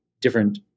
different